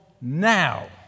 now